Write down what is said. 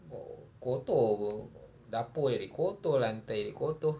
kotor apa dapur jadi kotor lantai jadi kotor